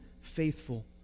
faithful